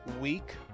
week